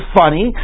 funny